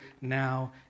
now